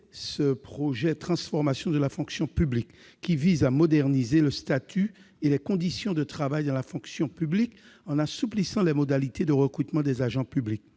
de loi de transformation de la fonction publique qui vise à moderniser le statut et les conditions de travail dans la fonction publique, en assouplissant les modalités de recrutement des agents publics.